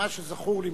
מה שזכור לי,